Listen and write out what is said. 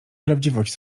prawdziwość